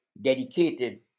dedicated